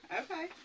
Okay